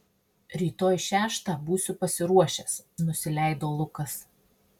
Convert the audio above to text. rytoj šeštą būsiu pasiruošęs nusileido lukas